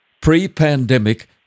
Pre-pandemic